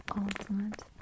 Ultimate